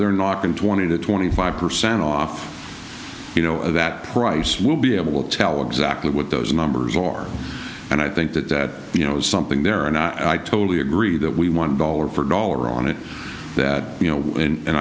they're not going twenty to twenty five percent off you know that price will be able to tell exactly what those numbers are and i think that that you know something there and i totally agree that we want dollar for dollar on it that you know and